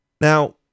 Now